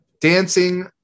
Dancing